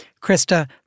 Krista